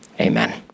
Amen